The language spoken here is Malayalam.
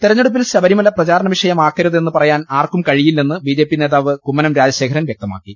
തെരഞ്ഞെടുപ്പിൽ ശബരിമല പ്രചാരണവിഷയമാക്കരുതെന്ന് പറയാൻ ആർക്കും കഴിയില്ലെന്ന് ബിജെപി നേതാവ് കുമ്മനം രാജ ശേഖരൻ വ്യക്തമാക്കി